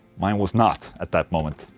mine was not at that moment.